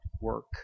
work